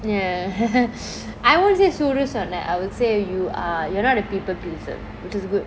ya I won't say சூடு சொரணை :soodu sorana I would say you are you are not a people pleaser which is good